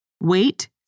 wait